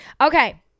okay